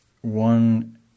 One